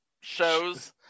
shows